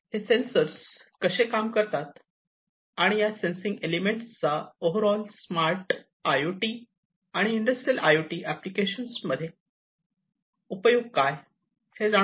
हे सेन्सर्स कसे काम करतात आणि या सेन्सिंग एलिमेंट चा overall smart I O T आणि industrial I O T application यामध्ये उपयोग काय